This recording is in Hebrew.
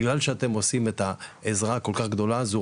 בגלל שאתם עושים את העזרה הכל-כך גדולה הזו,